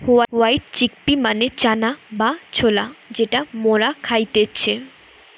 white chickpea মানে চানা বা ছোলা যেটা মরা খাইতেছে